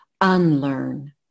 unlearn